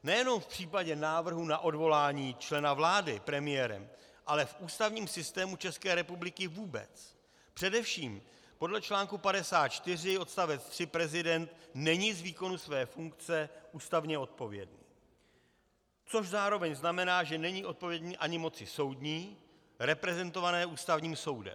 Nejenom v případě návrhu na odvolání člena vlády premiérem, ale v ústavním systému České republiky vůbec, především podle článku 54 odst. 3 prezident není z výkonu své funkce ústavně odpovědný, což zároveň znamená, že není odpovědný ani moci soudní reprezentované Ústavním soudem.